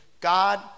God